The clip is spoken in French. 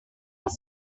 peut